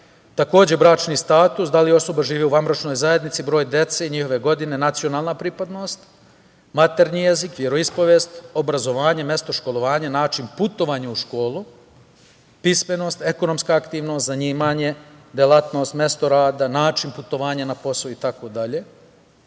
života. Takođe, bračni status, da li osoba živi u vanbračnoj zajednici, broj dece, njihove godine, nacionalna pripadnost, maternji jezik, veroispovest, obrazovanje, mesto školovanja, način putovanja u školu, pismenost, ekonomska aktivnost, zanimanje, delatnost, mesto rada, način putovanja na posao itd.